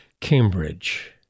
Cambridge